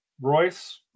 Royce